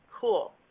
Cool